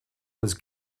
was